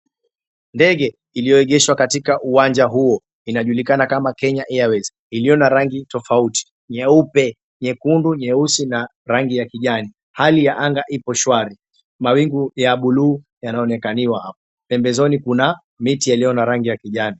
Ndege iliyoegeshwa katika uwanja huo. Inajulikana kama Kenya Airways ililyo na rangi tofauti; nyeupe, nyekundu, nyeusi na rangi ya kijani. Hali ya anga ipo shwari, mawingu ya bluu yanaonekaniwa hapo. Pembezoni kuna miti yaliyo na rangi ya kijani.